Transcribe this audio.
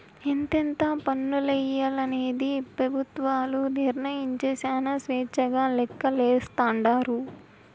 ఎంతెంత పన్నులెయ్యాలనేది పెబుత్వాలు నిర్మయించే శానా స్వేచ్చగా లెక్కలేస్తాండారు